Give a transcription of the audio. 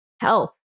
health